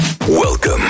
Welcome